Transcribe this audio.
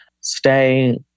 stay